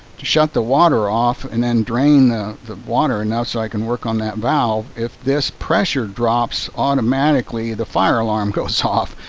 shut the water off and then drain the the water enough so i can work on that valve. if this pressure drops. automatically the fire alarm goes off.